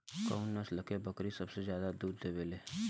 कउन नस्ल के बकरी सबसे ज्यादा दूध देवे लें?